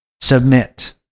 submit